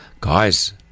Guys